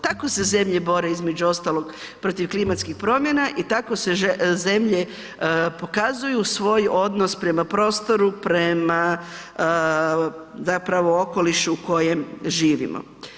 Tako se zemlje bolje između ostalog protiv klimatskih promjena i tako se zemlje pokazuju svoj odnos prema prostoru, prema zapravo okolišu u kojem živimo.